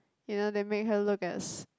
you know they make her look as